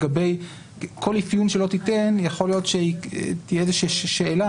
לגבי כל אפיון שלא תיתן יכול להיות שתהיה איזושהי שאלה